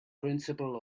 principle